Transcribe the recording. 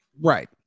Right